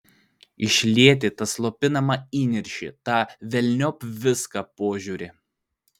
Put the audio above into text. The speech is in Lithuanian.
išlieti tą slopinamą įniršį tą velniop viską požiūrį